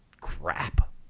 crap